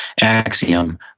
axiom